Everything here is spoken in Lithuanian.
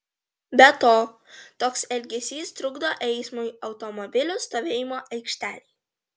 be to toks elgesys trukdo eismui automobilių stovėjimo aikštelėje